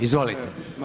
Izvolite.